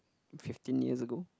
fifteen years ago